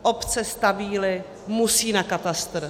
Obce, stavíli, musí na katastr.